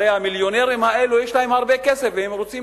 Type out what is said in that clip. הרי המיליונרים האלה יש להם הרבה כסף והם רוצים